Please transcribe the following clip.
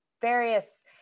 various